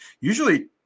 usually